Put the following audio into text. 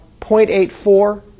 0.84